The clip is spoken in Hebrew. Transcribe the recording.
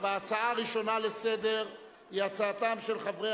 ההצעה הראשונה לסדר-היום היא הצעתם של חברי